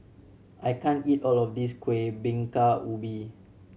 I can't eat all of this Kueh Bingka Ubi